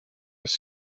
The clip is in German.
des